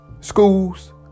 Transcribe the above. schools